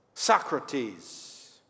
Socrates